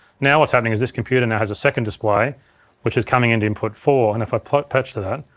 now what's happening is this computer now has a second display which is coming in to input four, and if i patch patch to that,